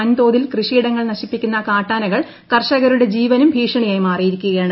വൻ തോതിൽ കൃഷിയിടങ്ങൾ നശിപ്പിക്കുന്ന കാട്ടാനകൾ കർഷകരുടെ ജീവനും ഭീഷണിയായി മാറയിരിക്കുകയാണ്